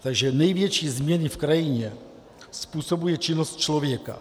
Takže největší změny v krajině způsobuje činnost člověka.